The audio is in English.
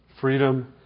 Freedom